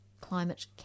Climate